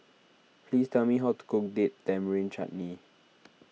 please tell me how to cook Date Tamarind Chutney